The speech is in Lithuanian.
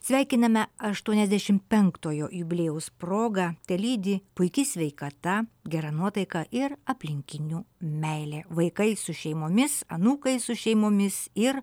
sveikiname aštuoniasdešim penktojo jubiliejaus proga telydi puiki sveikata gera nuotaika ir aplinkinių meilė vaikai su šeimomis anūkai su šeimomis ir